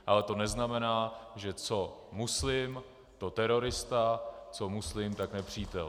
Ale to neznamená, že co muslim, to terorista, co muslim, tak nepřítel.